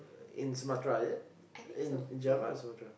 in Sumatra is it in Java or Sumatra